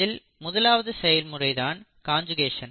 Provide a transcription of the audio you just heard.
இதில் முதலாவது செயல்முறை தான் காஞ்சுகேஷன்